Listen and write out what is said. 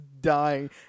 dying